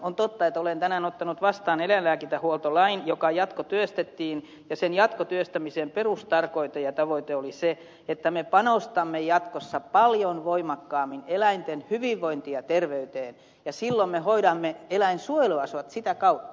on totta että olen tänään ottanut vastaan eläinlääkintähuoltolain joka jatkotyöstettiin ja sen jatkotyöstämisen perustarkoitus ja tavoite oli se että me panostamme jatkossa paljon voimakkaammin eläinten hyvinvointiin ja terveyteen ja silloin me hoidamme eläinsuojeluasiat sitä kautta